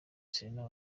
serena